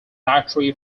dietary